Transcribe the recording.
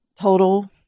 total